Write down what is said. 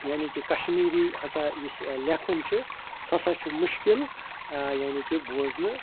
یعنی کہِ کشمیٖری ہسا یُس لیٚکھُن چھُ سُہ ہسا چھُ مشکل ٲں یعنی کہِ بوزنہٕ